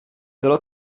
bylo